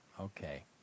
Okay